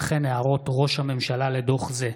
וכן הערות ראש הממשלה לדוח זה.